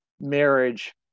marriage